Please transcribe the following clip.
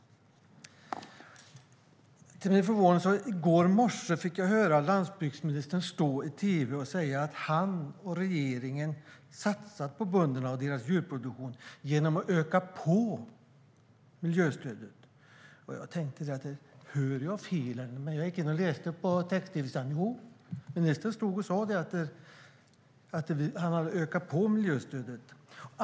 I går morse fick jag till min förvåning höra landsbygdsministern stå och säga i tv att han och regeringen satsat på bönderna och deras djurproduktion genom att öka på miljöstödet. Hör jag fel? tänkte jag, men sedan gick jag in och läste på text-tv. Nej, ministern stod och sade att han hade ökat på miljöstödet.